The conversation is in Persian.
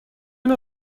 نوع